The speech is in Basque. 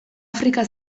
afrika